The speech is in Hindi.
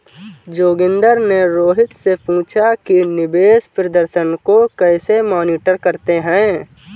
जोगिंदर ने रोहित से पूछा कि निवेश प्रदर्शन को कैसे मॉनिटर करते हैं?